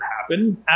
happen